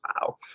wow